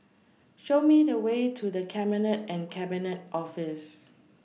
Show Me The Way to The Cabinet and Cabinet Office